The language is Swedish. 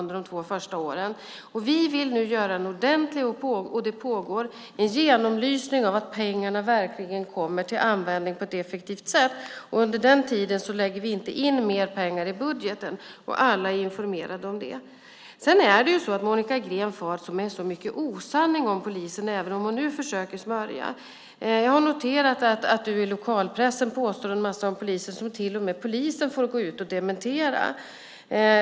Det pågår en ordentlig genomlysning av arbetet så att pengarna verkligen ska komma till användning på ett effektivt sätt. Under den tiden lägger vi inte in mer pengar i budgeten, vilket alla är informerade om. Monica Green far med osanning om polisen, även om hon nu försöker smörja. Jag har noterat att hon i lokalpressen påstått en massa saker om polisen. Polisen har till och med fått gå ut och dementera det som sagts.